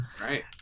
Right